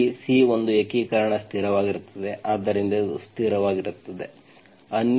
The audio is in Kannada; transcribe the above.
ಅಲ್ಲಿ C ಒಂದು ಏಕೀಕರಣ ಸ್ಥಿರವಾಗಿರುತ್ತದೆ ಆದ್ದರಿಂದ ಇದು ಸ್ಥಿರವಾಗಿರುತ್ತದೆ ಅನಿಯಂತ್ರಿತ ಸ್ಥಿರವಾಗಿರುತ್ತದೆ ಸರಿ